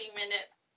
minutes